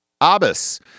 Abbas